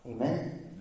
Amen